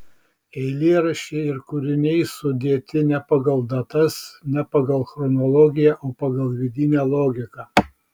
eilėraščiai ir kūriniai sudėti ne pagal datas ne pagal chronologiją o pagal vidinę logiką